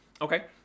Okay